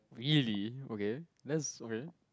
really okay let's okay